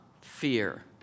fear